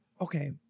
okay